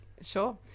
Sure